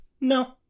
No